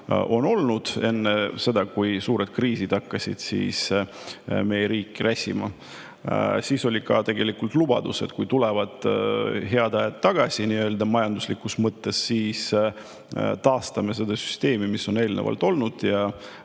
on olnud – enne seda, kui suured kriisid hakkasid meie riiki räsima. Siis oli ka tegelikult lubadus, et kui tulevad head ajad tagasi majanduslikus mõttes, siis taastame selle süsteemi, mis on eelnevalt olnud, ja